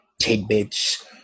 tidbits